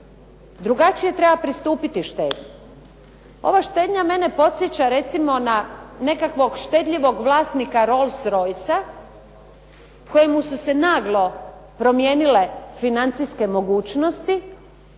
Drugačije treba pristupiti štednji. Ova štednja mene podsjeća recimo na nekakvog štedljivog vlasnika Rolls Royce kojemu su se naglo promijenile financijske mogućnosti